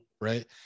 right